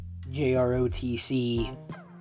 JROTC